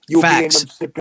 facts